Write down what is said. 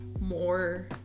more